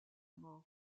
mort